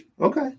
Okay